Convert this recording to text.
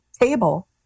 table